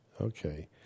Okay